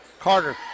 Carter